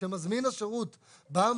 כשמזמין השירות בא,